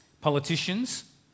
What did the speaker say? Politicians